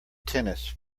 tennis